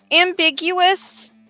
ambiguous